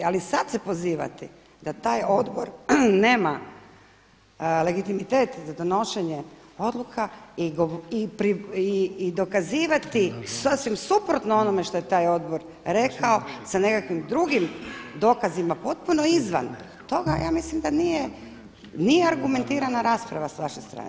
Ali sada se pozivati da taj Odbor nema legitimitet za donošenje odluka i dokazivati sasvim suprotno onome što je taj Odbor rekao sa nekakvim drugim dokazima potpuno izvan toga, ja mislim da nije argumentirana rasprava s vaše strane.